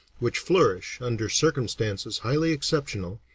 which flourish under circumstances highly exceptional,